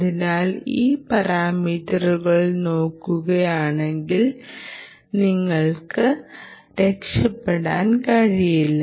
അതിനാൽ ഈ പാരാമീറ്ററുകൾ നോക്കുന്നതിൽ നിന്ന് നിങ്ങൾക്ക് രക്ഷപ്പെടാൻ കഴിയില്ല